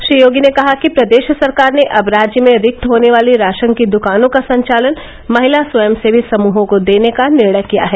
श्री योगी ने कहा कि प्रदेश सरकार ने अब राज्य में रिक्त होने वाली राशन की दुकानों का संचालन महिला स्वयंसेवी समूहों को देने का निर्णय किया है